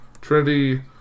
Trinity